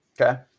okay